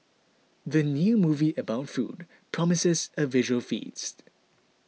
the new movie about food promises a visual feast